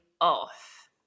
off